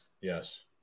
yes